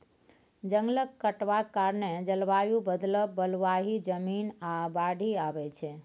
जंगल कटबाक कारणेँ जलबायु बदलब, बलुआही जमीन, आ बाढ़ि आबय छै